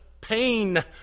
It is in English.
pain